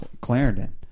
clarendon